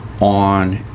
on